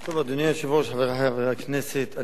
אדוני היושב-ראש, חברי חברי הכנסת, אני משוכנע